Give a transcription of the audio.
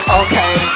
okay